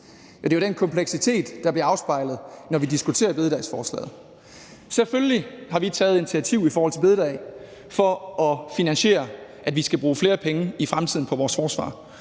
det er jo den kompleksitet, der bliver afspejlet, når vi diskuterer bededagsforslaget. Selvfølgelig har vi taget initiativ i forhold til bededagen for at finansiere, at vi i fremtiden skal bruge flere penge på vores forsvar.